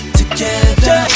together